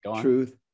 truth